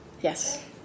Yes